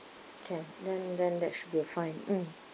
can then then that should be a fine mmhmm